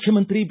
ಮುಖ್ಯಮಂತ್ರಿ ಬಿ